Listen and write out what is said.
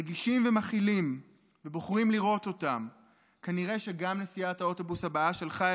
רגישים ומכילים ובוחרים לראות אותם כנראה שגם נסיעת האוטובוס הבאה שלך,